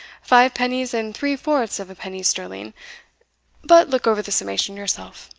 five pennies, and three-fourths of a penny sterling but look over the summation yourself.